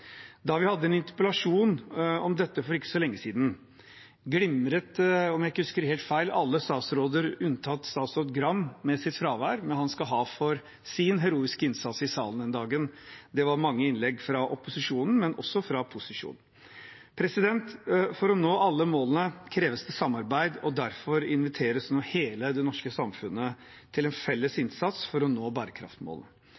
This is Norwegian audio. Da vi hadde en interpellasjon om dette for ikke så lenge siden, glimret – om jeg ikke husker helt feil – alle statsråder unntatt statsråd Gram med sitt fravær, men han skal ha for sin heroiske innsats i salen den dagen. Det var mange innlegg fra opposisjonen, men også fra posisjonen. For å nå alle målene kreves det samarbeid, og derfor inviteres hele det norske samfunnet til en felles